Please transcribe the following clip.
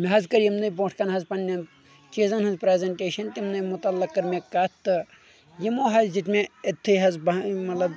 مےٚ حظ کٔر یِمنٕے برٛونٛٹھ کن حظ پننہِ چیٖزن ہُنٛز پرٛیزنٹیشن تمنٕے متعلق کٔر مےٚ کتھ تہٕ یِمو حظ دِیتۍ مےٚ أتھٕے حظ بہ مطلب